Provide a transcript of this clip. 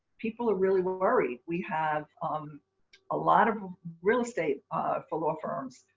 people are really worried. we have um a lot of real estate for law firms.